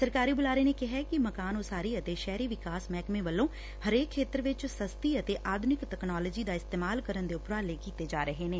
ਸਰਕਾਰੀ ਬੁਲਾਰੇ ਨੇ ਕਿਹੈ ਕਿ ਮਕਾਨ ਉਸਾਰੀ ਅਤੇ ਸ਼ਹਿਰੀ ਵਿਕਾਸ ਮਹਿਕਮੇ ਵੱਲੋਂ ਹਰੇਕ ਖੇਤਰ ਵਿਚ ਸਸਤੀ ਅਤੇ ਆਧੁਨਿਕ ਤਕਨਾਲੋਜੀ ਦਾ ਇਸਤੇਮਾਲ ਕਰਨ ਦੇ ਉਪਰਾਲੇ ਕੀਤੇ ਜਾ ਰਹੇ ਨੇ